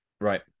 right